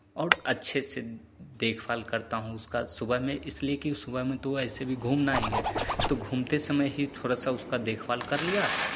और अच्छे से देखभाल करता हूँ उसका सुबह में इसलिए कि सुबह में तो ऐसे भी घूमना ही है तो घूमते समय ही थोड़ा सा उसका देखभाल कर लिया